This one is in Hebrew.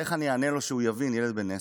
איך אני אענה לו שהוא יבין, ילד בן עשר,